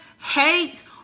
hate